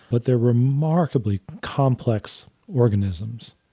but they're remarkably complex organisms.